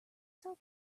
cell